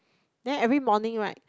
then every morning right